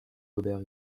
gobert